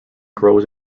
grows